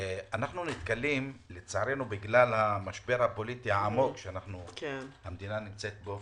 אנחנו נתקלים לצערנו בגלל המשבר הפוליטי העמוק שהמדינה נמצאת בו,